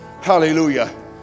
Hallelujah